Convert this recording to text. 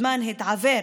התעוור